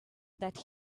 that